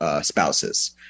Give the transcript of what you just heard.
spouses